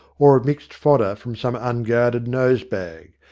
or of mixed fodder from some unguarded nosebag,